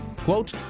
quote